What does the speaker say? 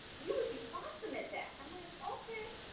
you would be awesome at that. i'm like, okay,